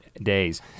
days